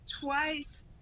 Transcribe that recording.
twice